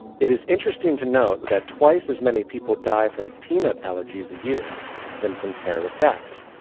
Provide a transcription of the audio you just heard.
it is interesting to note that twice as many people die from peanut allergies a year than from terrorist acts.